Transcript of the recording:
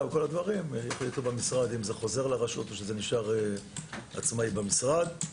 וכל הדברים יחליטו במשרד אם זה חוזר לרשות או זה נשאר עצמאית במשרד.